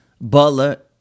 Butler